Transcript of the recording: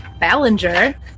ballinger